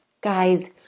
Guys